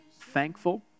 thankful